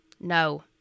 No